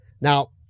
Now